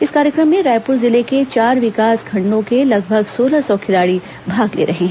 इस कार्यक्रम में रायपुर जिले के चार विकासखंडों के लगभग सोलह सौ खिलाड़ी भाग ले रहे हैं